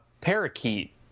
Parakeet